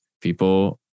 people